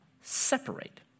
separate